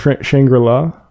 Shangri-La